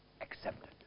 accepted